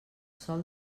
sol